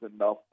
enough